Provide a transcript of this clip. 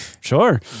Sure